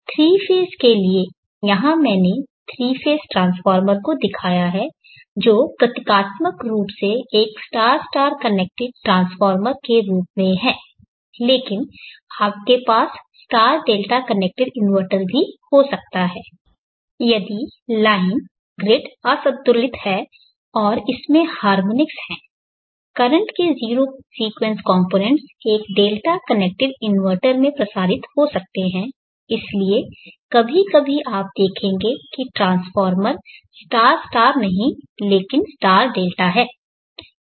3 phase के लिए यहां मैंने इस 3 फेज़ ट्रांसफार्मर को दिखाया है जो प्रतीकात्मक रूप से एक स्टार स्टार कनेक्टेड ट्रांसफार्मर के रूप में है लेकिन आपके पास स्टार डेल्टा कनेक्टेड इन्वर्टर भी हो सकता है यदि लाइन ग्रिड असंतुलित है और इसमें हॉर्मोनिक्स हैं करंट के 0 सीक्वेंस कॉम्पोनेंटस एक डेल्टा कनेक्टेड इन्वर्टर में प्रसारित हो सकते हैं इसलिए कभी कभी आप देखेंगे कि ट्रांसफार्मर स्टार स्टार नहीं है लेकिन स्टार डेल्टा है